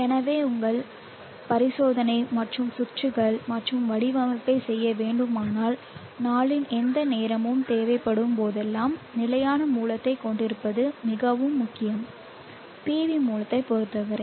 எனவே உங்கள் பரிசோதனை மற்றும் சுற்றுகள் மற்றும் வடிவமைப்பைச் செய்ய வேண்டுமானால் நாளின் எந்த நேரமும் தேவைப்படும் போதெல்லாம் நிலையான மூலத்தைக் கொண்டிருப்பது மிகவும் முக்கியம் PV மூலத்தைப் பொறுத்தவரை